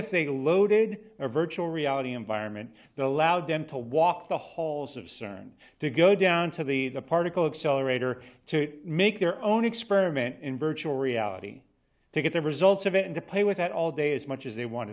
if they loaded a virtual reality environment that allowed them to walk the halls of cern to go down to the the particle accelerator to make their own experiment in virtual reality to get the results of it and to play with it all day as much as they want